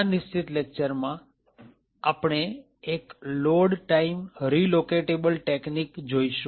આ નિશ્ચિત લેકચરમાં આપણે એક લોડ ટાઇમ રીલોકેટેબલ ટેકનીક જોઈશું